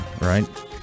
right